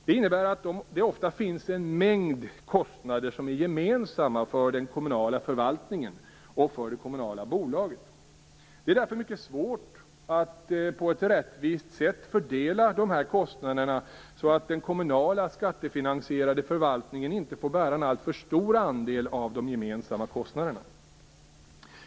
Det innebär att det ofta finns en mängd kostnader som är gemensamma för den kommunala förvaltningen och för det kommunala bolaget. Det är därför mycket svårt att på ett rättvist sätt fördela de här kostnaderna så att den kommunala, skattefinansierade förvaltningen inte får bära en alltför stor andel av de gemensamma kostnaderna.